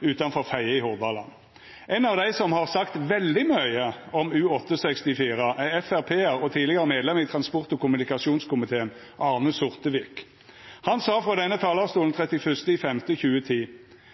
utanfor Fedje i Hordaland. Ein av dei som har sagt veldig mykje om U-864, er FrP-ar og tidlegare medlem i transport- og kommunikasjonskomiteen, Arne Sortevik. Han sa frå denne talarstolen 31. mai 2010: